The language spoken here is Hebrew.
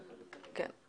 כן.